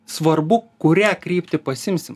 svarbu kurią kryptį pasiimsim